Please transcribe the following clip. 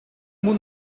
moet